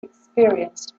experienced